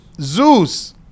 Zeus